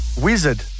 Wizard